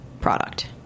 product